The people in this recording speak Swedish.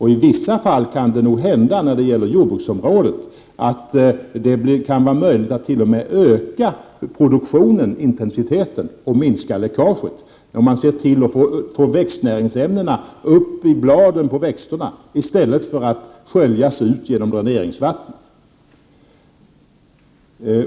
I vissa fall när det gäller jordbruksområdet kan det nog t.o.m. vara möjligt att öka produktionen, intensiteten, och minska läckaget, om man ser till att man får växtnäringsämnena upp i bladen på växterna i stället för att de sköljs ut genom dräneringsvattnet.